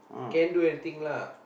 can do anything lah